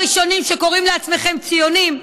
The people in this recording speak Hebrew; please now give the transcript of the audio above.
שקוראים לעצמכם ציונים,